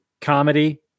Comedy